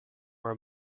were